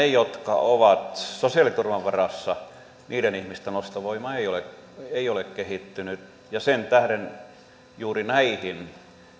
jotka ovat sosiaaliturvan varassa ostovoima ei ole ei ole kehittynyt ja sen tähden juuri näihin